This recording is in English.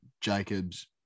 Jacobs